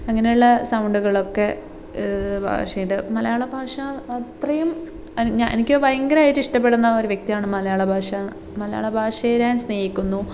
അങ്ങനുള്ള സൗണ്ടുകളൊക്കെ ഭാഷയുടെ മലയാള ഭാഷ അത്രയും ഞാ എനിക്ക് ഭയങ്കരമായിട്ട് ഇഷ്ടപ്പെടുന്ന ഒരു വ്യക്തിയാണ് മലയാളം ഭാഷ മലയാള ഭാഷയെ ഞാൻ സ്നേഹിക്കുന്നു